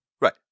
Right